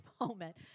moment